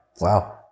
Wow